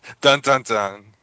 Dun-dun-dun